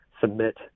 submit